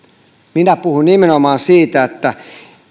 minä puhuin nimenomaan siitä että